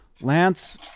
lance